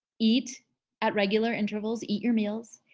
eat at regular intervals, eat your meals.